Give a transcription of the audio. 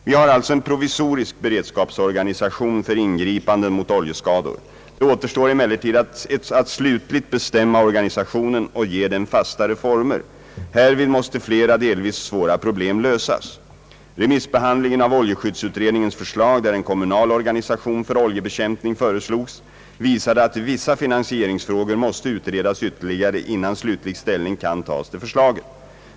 Vi har alltså en provisorisk beredskapsorganisation för ingripande mot oljeskador. Det återstår emellertid att slutligt bestämma organisationen och ge den fastare former. Härvid måste flera, delvis svåra problem lösas. Remissbehandlingen av oljeskyddsutredningens förslag, där en kommunal organisation för oljebekämpning föreslogs, visade att vissa finansieringsfrågor måste utredas ytterligare innan slutlig ställning kan tas till förslaget.